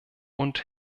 und